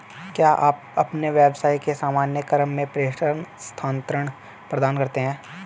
क्या आप अपने व्यवसाय के सामान्य क्रम में प्रेषण स्थानान्तरण प्रदान करते हैं?